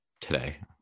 today